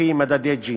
לפי מדדי ג'יני.